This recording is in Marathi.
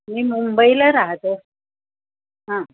मी मुंबईला राहतो हां